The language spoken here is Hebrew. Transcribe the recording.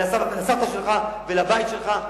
ולסבא ולסבתא שלך ולבית שלך,